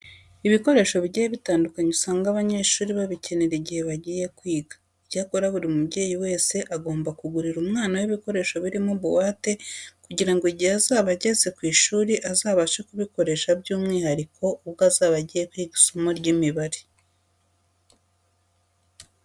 Ibikoresho bigiye bitandukanye usanga abanyeshuri babikenera igihe bagiye kwiga. Icyakora buri mubyeyi wese agomba kugurira umwana we ibikoresho birimo buwate kugira ngo igihe azaba ageze ku ishuri azabashe kubikoresha by'umwihariko ubwo azaba agiye kwiga isomo ry'imibare.